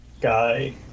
guy